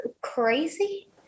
crazy